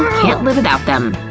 can't live without them.